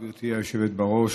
גברתי היושבת בראש,